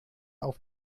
auf